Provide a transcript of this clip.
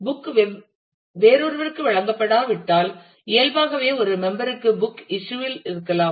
book வேறொருவருக்கு வழங்கப்படாவிட்டால் இயல்பாகவே ஒரு மெம்பர் க்கு புக் இஸ்யூ இல் இருக்கலாம்